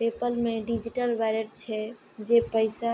PayPal मे digital wallet छै, जे पैसा